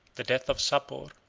the death of sapor,